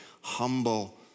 Humble